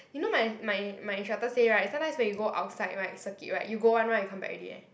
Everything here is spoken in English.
you know my my my instructor say [right] sometimes when you go outside [right] circuit [right] you go one round you come back already eh